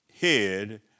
head